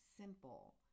simple